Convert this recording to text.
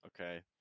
Okay